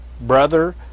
brother